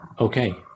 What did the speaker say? Okay